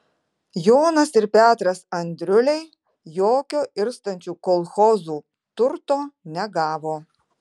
jonas ir petras andriuliai jokio irstančių kolchozų turto negavo